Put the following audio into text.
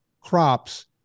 crops